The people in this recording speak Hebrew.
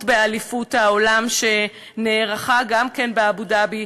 באליפות העולם שנערכה גם כן באבו-דאבי,